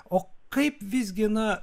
o kaip visgi na